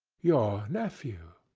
your nephew!